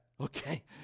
okay